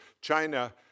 China